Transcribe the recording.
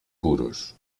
puros